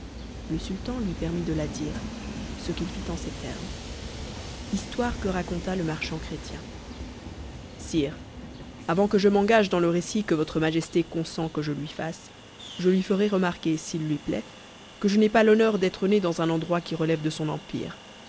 le sultan lui permit de la dire ce qu'il fit en ces termes histoire que raconta le marchand chrétien sire avant que je m'engage dans le récit que votre majesté consent que je lui fasse je lui ferai remarquer s'il lui plaît que je n'ai pas l'honneur d'être né dans un endroit qui relève de son empire